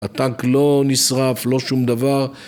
‫הטנק לא נשרף, לא שום דבר.